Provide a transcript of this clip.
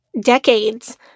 decades